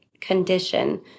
condition